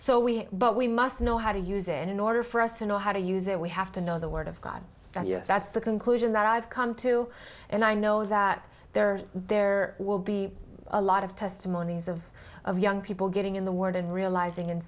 so we but we must know how to use it in order for us to know how to use it we have to know the word of god that's the conclusion that i've come to and i know that there are there will be a lot of testimonies of young people getting in the word and realizing and